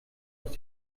aus